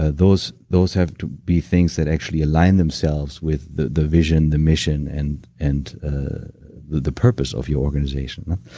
ah those those have to be things that actually align themselves with the the vision, the mission, and and the the purpose of your organization.